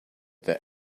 that